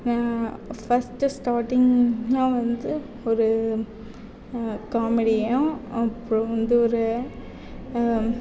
first ஸ்டார்டிங்யெலாம் வந்து ஒரு காமெடியையும் அப்புறம் வந்து ஒரு